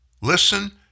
Listen